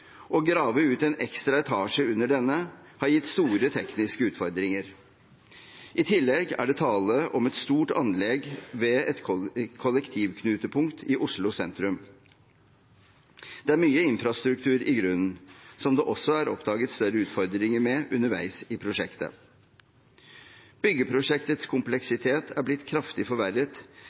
å bygge et helt nytt bygg innenfor en bevaringsverdig fasade fra 1800-tallet og grave ut en ekstra etasje under denne har gitt store tekniske utfordringer. I tillegg er det tale om et stort anlegg ved et kollektivknutepunkt i Oslo sentrum. Det er mye infrastruktur i grunnen, som det også er oppdaget store utfordringer med underveis i prosjektet. Byggeprosjektets kompleksitet er blitt